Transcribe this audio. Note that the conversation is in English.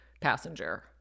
passenger